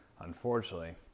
unfortunately